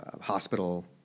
hospital